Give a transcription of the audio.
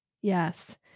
Yes